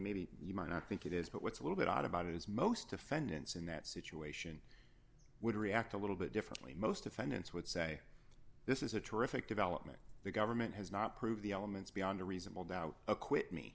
maybe you might not think it is but what's a little bit odd about it is most defendants in that situation would react a little bit differently most defendants would say this is a terrific development the government has not proved the elements beyond a reasonable now acquit me